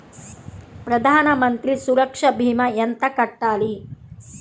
ప్రధాన మంత్రి సురక్ష భీమా ఎంత కట్టాలి?